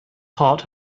heart